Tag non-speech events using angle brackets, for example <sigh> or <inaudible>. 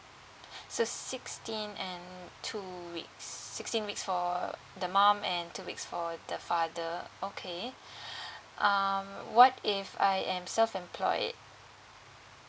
so sixteen and two weeks sixteen weeks for the mum and two weeks for the father okay <breath> um what if I am self employed